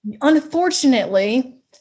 Unfortunately